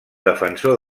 defensor